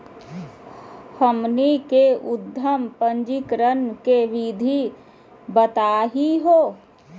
हमनी के उद्यम पंजीकरण के विधि बताही हो?